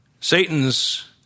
Satan's